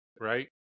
Right